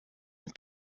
und